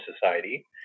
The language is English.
society